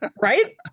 Right